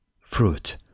fruit